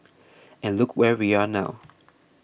and look where we are now